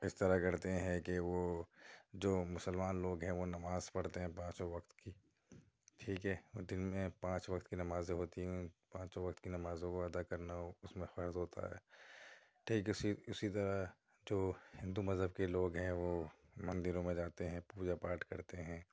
اِس طرح کرتے ہیں کہ وہ جو مسلمان لوگ ہیں وہ نماز پڑھتے ہیں پانچوں وقت کی ٹھیک ہے اور دِن میں پانچ وقت کی نمازیں ہوتی ہیں پانچوں وقت کی نمازوں کو ادا کرنا اس میں فرض ہوتا ہے ٹھیک اُسی اُسی طرح جو ہندو مذہب کے لوگ ہیں وہ مندروں میں جاتے ہیں پوجا پاٹ کرتے ہیں